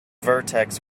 vertex